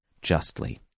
justly